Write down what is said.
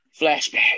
Flashback